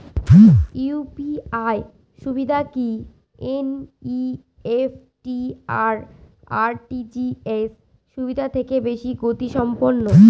UPI সুবিধা কি NEFT আর আর.টি.জি.এস সুবিধা থেকে বেশি গতিসম্পন্ন?